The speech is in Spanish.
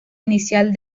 inicial